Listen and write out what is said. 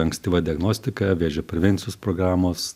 ankstyva diagnostika vėžio prevencijos programos